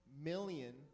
million